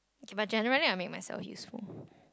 but generally I make myself useful